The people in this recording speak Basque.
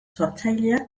sortzailea